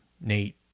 Nate